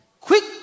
Quick